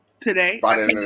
today